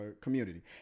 community